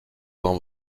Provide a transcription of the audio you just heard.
dans